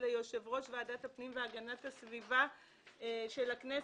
ליושב-ראש ועדת הפנים והגנת הסביבה של הכנסת,